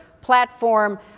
platform